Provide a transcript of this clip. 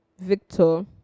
victor